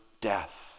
death